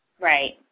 Right